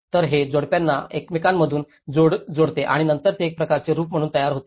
तर हे जोडप्यांना एकमेकांमधून जोडते आणि नंतर ते एक प्रकारचे रूफ म्हणून तयार होते